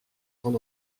son